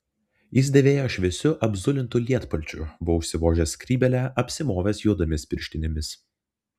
jis dėvėjo šviesiu apzulintu lietpalčiu buvo užsivožęs skrybėlę apsimovęs juodomis pirštinėmis